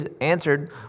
answered